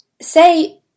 say